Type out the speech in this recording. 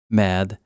med